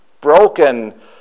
broken